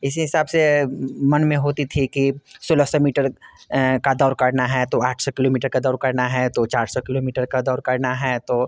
इसी हिसाब से मन में होती थी कि सोलह सौ मीटर की दौड़ करना है तो आठ सौ किलोमीटर की दौड़ करना है तो चार सौ किलोमीटर का दौड़ करना है तो